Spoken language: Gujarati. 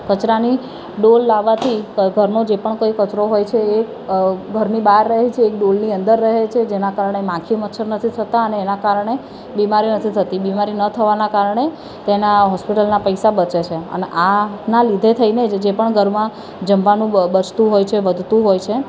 કચરાની ડોલ લાવવાથી ઘરનો જે પણ કોઈ કચરો હોય છે એ ઘરની બહાર રહે છે એક ડોલની અંદર રહે છે જેનાં કારણે માખી મચ્છર નથી થતા અને એના કારણે બીમારી નથી થતી એ બીમારી ન થવાના કારણે તેના હૉસ્પિટલના પૈસા બચે છે અને આના લીધે થઈને જે પણ ઘરમાં જમવાનું બ બચતું હોય છે વધતું હોય છે